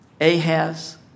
Ahaz